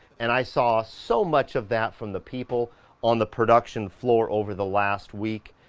and i saw so much of that from the people on the production floor over the last week.